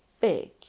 big